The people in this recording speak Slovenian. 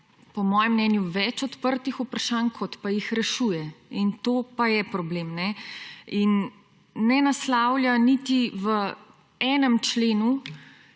po mojem mnenju, več odprtih vprašanj kot pa jih rešuje. To pa je problem. In ne naslavlja niti v enem členu